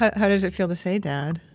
how does it feel to say dad?